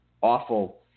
awful